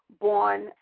born